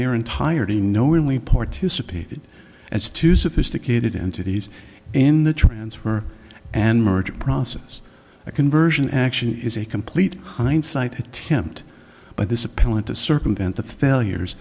their entirety knowingly participated in two sophisticated entities in the transfer and merge process a conversion action is a complete hindsight attempt by this appellant to circumvent the failures